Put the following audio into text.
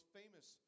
famous